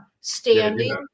standing